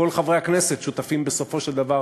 כל חברי הכנסת שותפים בסופו של דבר